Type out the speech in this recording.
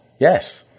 yes